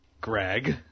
Greg